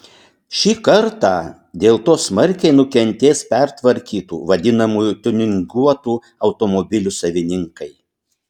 šį kartą dėl to smarkiai nukentės pertvarkytų vadinamųjų tiuninguotų automobilių savininkai